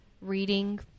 reading